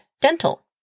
dental